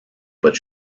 but